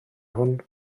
hwn